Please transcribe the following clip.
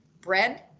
bread